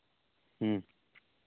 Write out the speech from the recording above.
ᱦᱮᱸ